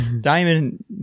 diamond